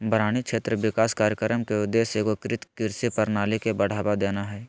बारानी क्षेत्र विकास कार्यक्रम के उद्देश्य एगोकृत कृषि प्रणाली के बढ़ावा देना हइ